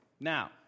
Now